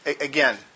again